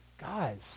guys